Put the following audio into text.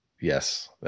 Yes